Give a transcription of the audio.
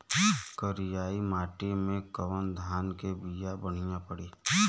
करियाई माटी मे कवन धान के बिया बढ़ियां पड़ी?